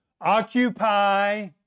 Occupy